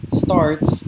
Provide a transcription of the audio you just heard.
starts